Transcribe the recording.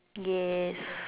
yes